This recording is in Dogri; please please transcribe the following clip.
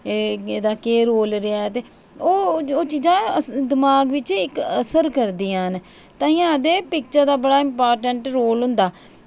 एह् एह्दा केह् रोल रेहा ते ओह् चीज़ां दमाग बिच असर करदियां न ते इंया आक्खदे पिक्चर दा बड़ा इम्पार्टेंट रोल होंदा